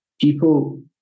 people